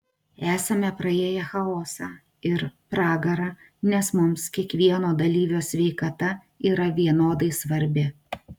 esame praėję chaosą ir pragarą nes mums kiekvieno dalyvio sveikata yra vienodai svarbi